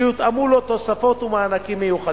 שיותאמו לו תוספות ומענקים מיוחדים.